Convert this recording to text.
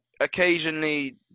occasionally